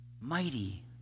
mighty